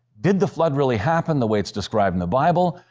did the flood really happen the way it's described in the bible?